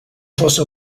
fosse